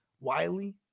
Wiley